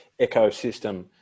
ecosystem